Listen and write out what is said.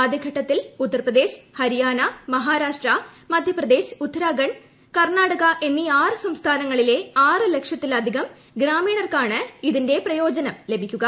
ആദ്യ ഘട്ടത്തിൽ ഉത്തർപ്രദേശ് ഹരിിയ്ക്ന് മഹാരാഷ്ട്ര മധ്യപ്രദേശ് ഉത്തരാഖണ്ഡ് കർണാടക എന്നീ ആറ്റു സംസ്ഥാനങ്ങളിലെ ആറു ലക്ഷത്തിലധികം ഗ്രാമീണർക്കാണ് കൃഇതിന്റെ പ്രയോജനം ലഭിക്കുക